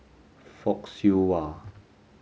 Fock Siew Wah